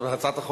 התשע"ב 2011,